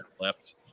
left